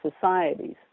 societies